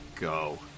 go